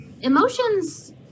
emotions